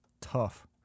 tough